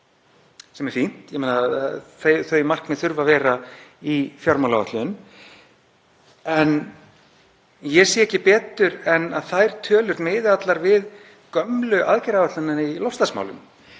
sem er fínt, þau markmið þurfa að vera í fjármálaáætlun. En ég sé ekki betur en að þær tölur miði allar við gömlu aðgerðaáætlunina í loftslagsmálum